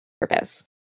purpose